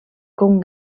com